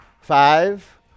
Five